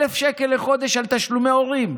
1,000 שקל לחודש על תשלומי הורים.